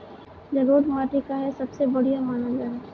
जलोड़ माटी काहे सबसे बढ़िया मानल जाला?